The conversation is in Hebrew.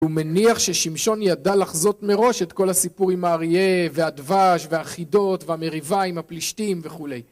הוא מניח ששמשון ידע לחזות מראש את כל הסיפור עם האריה, והדבש, והחידות, והמריבה עם הפלישתים וכולי